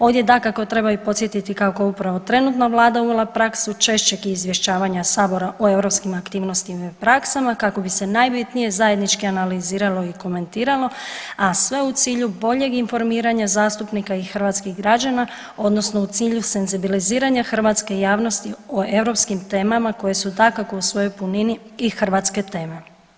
Ovdje dakako treba i podsjetiti kako upravo trenutna vlada je uvela praksu češćeg izvješćavanja sabora o europskim aktivnostima i praksama kako bi se najbitnije zajednički analiziralo i komentiralo, a sve u cilju boljeg informiranja zastupnika i hrvatskih građana odnosno u cilju senzibiliziranja hrvatske javnosti o europskim temama koje su dakako u svojoj punini i hrvatske teme.